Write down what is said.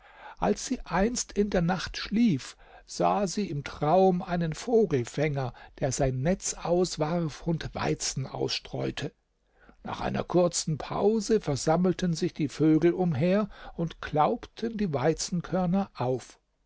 als sie einst in der nacht schlief sah sie im traum einen vogelfänger der sein netz auswarf und weizen ausstreute nach einer kurzen pause versammelten sich die vögel umher und klaubten die weizenkörner auf